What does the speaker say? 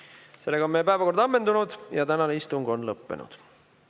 17.15.Sellega on meie päevakord ammendunud ja tänane istung on lõppenud.